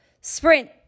sprint